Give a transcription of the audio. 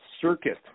circuit